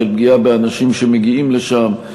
של פגיעה באנשים שמגיעים לשם.